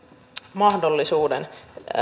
mahdollisuuden